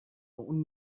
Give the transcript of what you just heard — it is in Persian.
اون